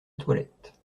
toilette